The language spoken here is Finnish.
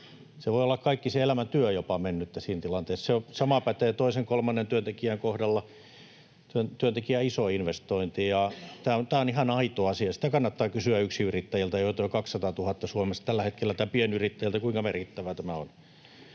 Voi olla kaikki se elämäntyö jopa mennyttä siinä tilanteessa. Sama pätee toisen ja kolmannen työntekijän kohdalla. Työntekijä on iso investointi, ja tämä on ihan aito asia. Sitä kannattaa kysyä yksinyrittäjiltä, joita on jo 200 000 Suomessa tällä hetkellä, tai pienyrittäjiltä, kuinka merkittävää tämä on.